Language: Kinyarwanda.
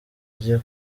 ujye